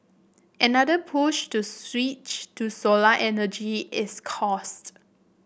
another push to switch to solar energy is cost